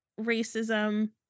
racism